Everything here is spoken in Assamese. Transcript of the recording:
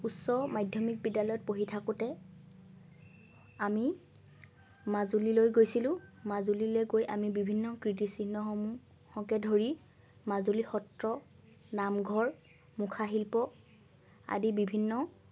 উচ্চ মাধ্যমিক বিদ্যালয়ত পঢ়ি থাকোঁতে আমি মাজুলীলৈ গৈছিলোঁ মাজুলিলৈ গৈ আমি বিভিন্ন কীৰ্তিচিহ্নসমূহকে ধৰি মাজুলী সত্ৰ নামঘৰ মুখা শিল্প আদি বিভিন্ন